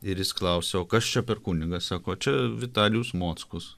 ir jis klausia o kas čia per kunigas sako čia vitalijus mockus